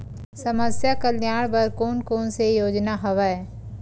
समस्या कल्याण बर कोन कोन से योजना हवय?